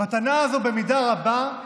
המתנה הזו במידה רבה,